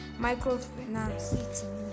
microfinance